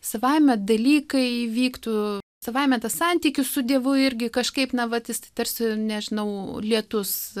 savaime dalykai įvyktų savaime tas santykis su dievu irgi kažkaip na vat jis tarsi nežinau lietus